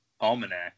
Almanac